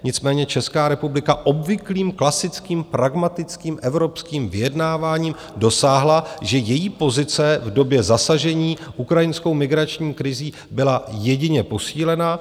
Nicméně Česká republika obvyklým klasickým pragmatickým evropským vyjednáváním dosáhla, že její pozice v době zasažení ukrajinskou migrační krizí byla jedině posílena.